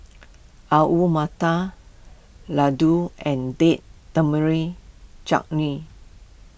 Alu Matar Ladoo and Date Tamarind Chutney